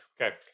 Okay